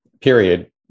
period